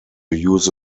use